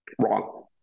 Wrong